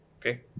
okay